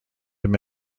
him